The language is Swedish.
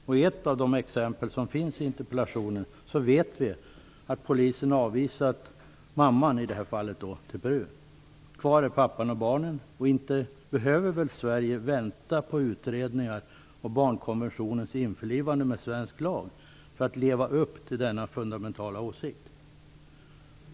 Men i ett av de exempel som finns i interpellationen vet vi att polisen avvisat mamman till Peru. Pappan och barnen är kvar. Inte behöver väl Sverige vänta på utredningar om barnkonventionens införlivande med svensk lag för att leva upp till något så fundamentalt?